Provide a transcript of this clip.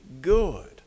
good